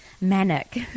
manic